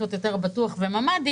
להיות יותר בטוחים וצריכים להיות ממ"דים,